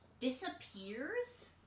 disappears